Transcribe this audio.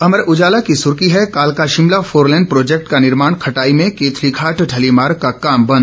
अमर उजाला की सुर्खी है कालका शिमला फोरलेन प्रोजेक्ट का निर्माण खटाई में केथलीघाटी ढली मार्ग का काम बंद